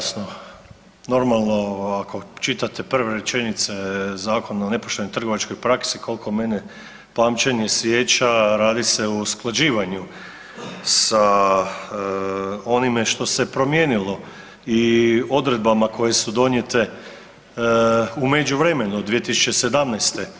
Pa jasno, normalno ako čitate prve rečenice Zakona o nepoštenoj trgovačkoj praksi koliko mene pamćenje sjeća radi se o usklađivanju sa onime što se promijenilo i odredbama koje su donijete u međuvremenu od 2017.